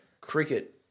Cricket